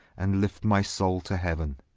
and lift my soule to heauen.